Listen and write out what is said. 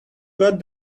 got